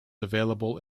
available